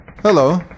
Hello